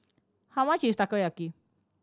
how much is Takoyaki